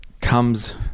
comes